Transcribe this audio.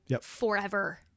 forever